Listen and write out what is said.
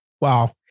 Wow